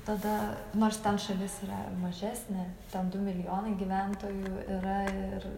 tada nors ten šalis yra mažesnė ten du milijonai gyventojų yra ir